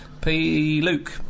P-Luke